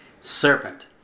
Serpent